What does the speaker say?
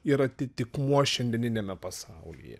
ir atitikmuo šiandieniniame pasaulyje